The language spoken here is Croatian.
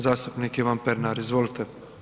Zastupnik Ivan Pernar, izvolite.